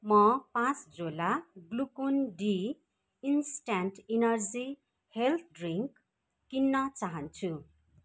म पाँच झोला Glucon D instant energy health drink किन्न चाहन्छु